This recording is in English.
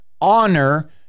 Honor